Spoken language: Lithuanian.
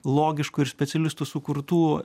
logiškų ir specialistų sukurtų